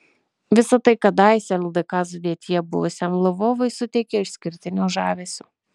visa tai kadaise ldk sudėtyje buvusiam lvovui suteikia išskirtinio žavesio